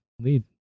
lead